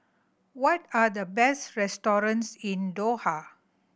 what are the best restaurants in Doha